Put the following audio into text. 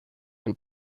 and